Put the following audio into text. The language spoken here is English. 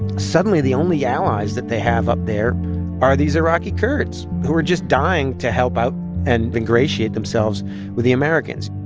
suddenly, the only allies that they have up there are these iraqi kurds who are just dying to help out and ingratiate themselves with the americans.